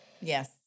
Yes